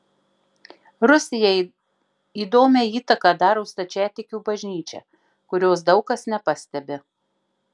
rusijai įdomią įtaką daro stačiatikių bažnyčia kurios daug kas nepastebi